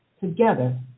Together